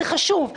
זה חשוב,